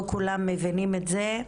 לא כולם מבינים את זה,